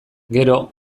gero